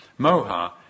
moha